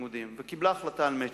והיא קיבלה החלטה על "מצ'ינג".